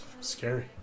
Scary